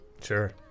Sure